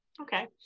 Okay